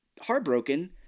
heartbroken